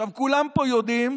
עכשיו, כולם פה יודעים,